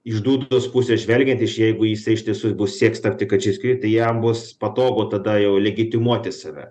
iš dūdos pusės žvelgiant iš jeigu jisai iš tiesų ir bus sieks tapti kad šis skriptą jam bus patogu tada jau legitimuoti save